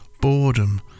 boredom